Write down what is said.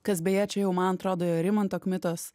kas beje čia jau man atrodo ir rimanto kmitos